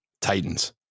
Titans